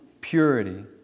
purity